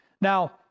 Now